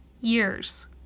years